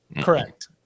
Correct